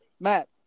Matt